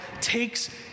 takes